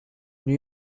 new